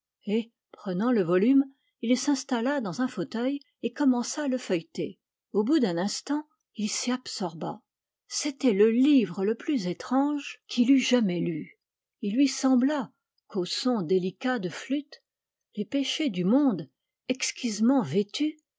prenant le volume il s'installa dans un fauteuil et commença à le feuilleter au bout d'un instant il s'y absorba c'était le livre le plus étrange qu'il eût jamais lu il lui sembla qu'aux sons délicats de flûtes les péchés du monde exquisement vêtus